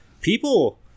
people